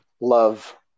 love